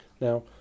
Now